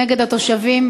נגד התושבים.